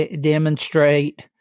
demonstrate